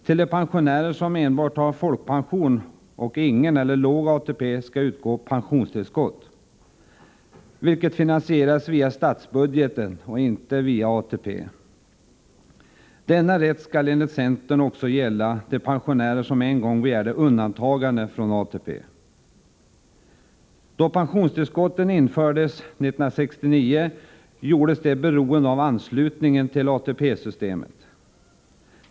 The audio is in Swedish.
Till de pensionärer som enbart har folkpension och ingen eller låg ATP skall utgå pensionstillskott, vilket finansieras via statsbudgeten och inte via ATP. Denna rätt skall enligt centern också gälla de pensionärer som en gång begärt undantagande från ATP. Då pensionstillskottet infördes 1969 gjordes det beroende av anslutningen till ATP-systemet.